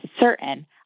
certain